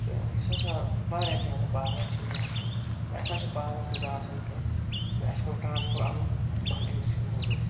تہٕ یُس ہَسا واریاہ زیادٕ پاوَر چھُ نِوان اَسہِ نہ چھِ پاوَر تیوٗتاہ آسَان کینٛہہ تہٕ اَسہِ پیوٚ ٹرٛانَسفَر اَنُن بَہَن اِنڈَکشَن موٗجوٗب